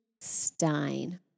Stein